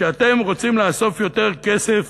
שאתם רוצים לאסוף יותר כסף